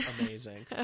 amazing